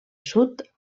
sud